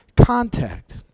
contact